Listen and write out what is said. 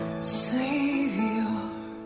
Savior